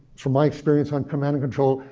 from my experience on command and control,